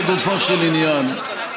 לגופו של עניין,